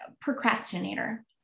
procrastinator